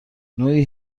نوعی